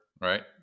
right